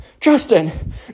Justin